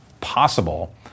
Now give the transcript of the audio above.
possible